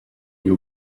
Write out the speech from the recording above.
you